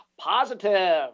positive